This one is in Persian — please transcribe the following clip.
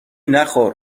نخور